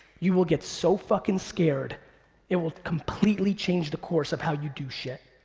you will get so fucking scared it will completely change the course of how you do shit.